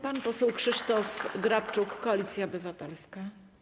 Pan poseł Krzysztof Grabczuk, Koalicja Obywatelska.